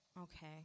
Okay